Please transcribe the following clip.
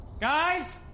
Guys